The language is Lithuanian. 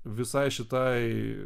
visai šitai